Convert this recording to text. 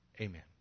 Amen